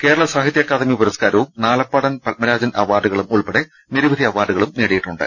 കേരള സാഹിത്യ അക്കാദമി പുരസ്കാ രവും നാലപ്പാടൻ പത്മരാജൻ അവ്വാർഡുകളും ഉൾപ്പെടെ നിരവധി അവാർഡുകൾ നേട്ടിയിട്ടുണ്ട്